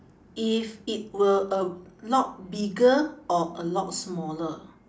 if it were a lot bigger or a lot smaller